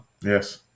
Yes